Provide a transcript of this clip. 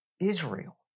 Israel